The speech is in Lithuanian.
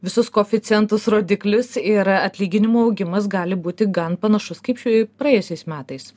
visus koeficientus rodiklius ir atlyginimų augimas gali būti gan panašus kaip praėjusiais metais